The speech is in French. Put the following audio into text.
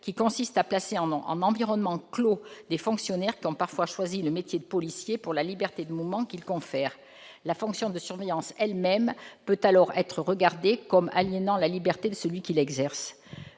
qui consiste à placer en environnement clos des fonctionnaires qui ont parfois choisi le métier de policier pour la liberté de mouvement qu'il confère. La fonction de surveillance elle-même peut alors être regardée comme aliénant la liberté de celui qui l'exerce.